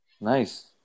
Nice